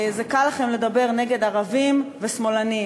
זה קל לכם לדבר נגד ערבים ושמאלנים,